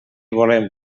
volem